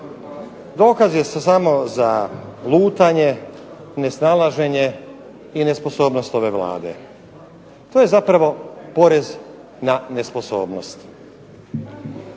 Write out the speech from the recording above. dokaz je samo za lutanje, nesnalaženje i nesposobnost ove Vlade. To je zapravo porez na nesposobnost.